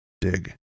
Dig